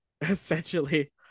essentially